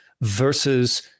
versus